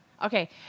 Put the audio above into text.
Okay